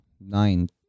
Nine